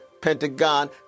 Pentagon